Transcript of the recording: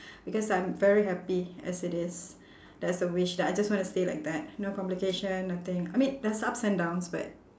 because I'm very happy as it is that's the wish that I just want to stay like that no complication nothing I mean there's up and downs but